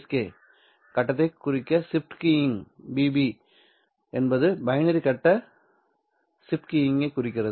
K கட்டத்தை குறிக்கிறது shift keying B என்பது பைனரி கட்ட ஷிப்ட் கீயிங்கைக் குறிக்கிறது